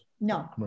No